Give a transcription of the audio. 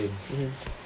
mmhmm